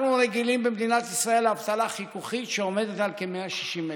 אנחנו רגילים במדינת ישראל לאבטלה חיכוכית שעומדת על כ-160,000.